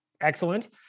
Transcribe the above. Excellent